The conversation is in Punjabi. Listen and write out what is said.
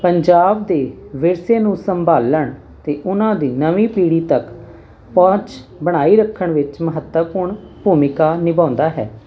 ਪੰਜਾਬ ਦੇ ਵਿਰਸੇ ਨੂੰ ਸੰਭਾਲਣ ਅਤੇ ਉਹਨਾਂ ਦੀ ਨਵੀਂ ਪੀੜ੍ਹੀ ਤੱਕ ਪਹੁੰਚ ਬਣਾਈ ਰੱਖਣ ਵਿੱਚ ਮਹੱਤਵਪੂਰਨ ਭੂਮਿਕਾ ਨਿਭਾਉਂਦਾ ਹੈ